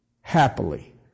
happily